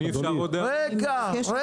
אבל לא הבנתי מה